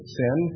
sin